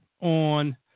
on –